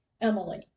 Emily